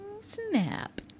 snap